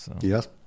Yes